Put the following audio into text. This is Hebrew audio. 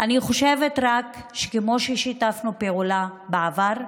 אני חושבת שכמו ששיתפנו פעולה בעבר,